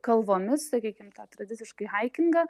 kalvomis sakykim tą tradiciškai haikingą